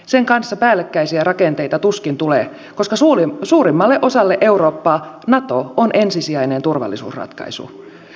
sen kanssa päällekkäisiä rakenteita tuskin tulee koska suurimmalle osalle eurooppaa nato on ensisijainen turvallisuusratkaisu